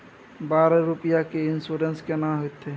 बारह रुपिया के इन्सुरेंस केना होतै?